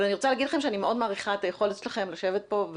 אבל אני רוצה להגיד לכם שאני מאוד מעריכה את היכולת שלכם לשבת פה.